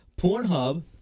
Pornhub